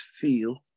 feel